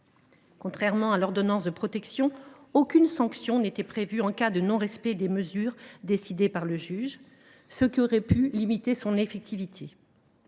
Contrairement à l’ordonnance de protection, elle ne prévoyait aucune sanction en cas de non respect des mesures décidées par le juge, ce qui aurait pu limiter son effectivité.